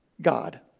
God